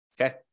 okay